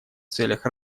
целях